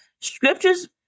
Scriptures